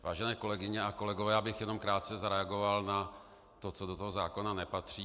Vážené kolegyně a kolegové, jen krátce bych zareagoval na to, co do toho zákona nepatří.